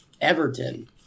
Everton